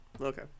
Okay